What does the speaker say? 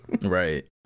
right